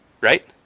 Right